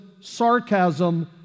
sarcasm